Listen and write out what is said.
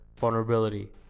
vulnerability